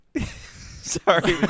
sorry